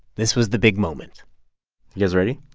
this was the big moment you guys ready?